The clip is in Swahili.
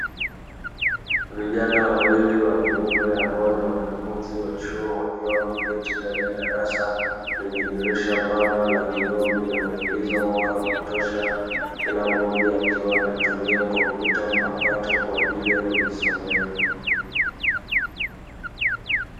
Vijana wawili wakiume ambao ni wanafunzi wa chuo wakiwa wameketi ndani ya darasa lenye dirisha pana la vioo linaloingiza mwanga wa kutosha, kila mmoja akiwa anatumia kompyuta mpakato kwa ajili ya kujisomea.